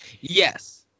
yes